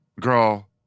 Girl